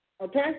Okay